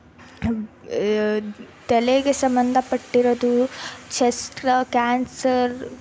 ತಲೆಗೆ ಸಂಬಂಧ ಪಟ್ಟಿರೋದು ಚೆಸ್ಟ್ ಕ್ಯಾನ್ಸರ್